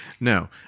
no